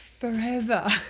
forever